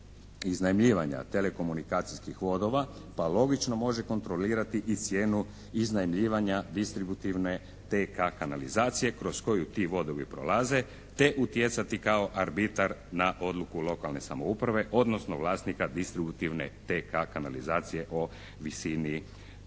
iznajmljivanja telekomunikacijskih vodova pa logično može kontrolirati i cijenu iznajmljivanja distributivne TK-a kanalizacije kroz koju ti vodovi prolaze te utjecati kao arbitar na odluku lokalne samouprave odnosno vlasnika distributivne TK-a kanalizacije o visini